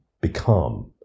become